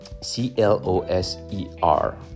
c-l-o-s-e-r